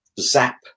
zap